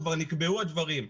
כבר נקבעו הדברים.